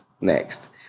next